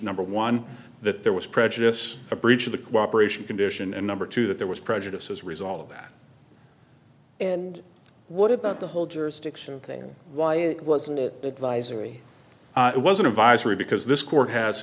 number one that there was prejudice a breach of the cooperation condition and number two that there was prejudice as result of that and what about the whole jurisdiction thing why it wasn't an advisory it was an advisory because this court has